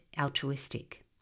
altruistic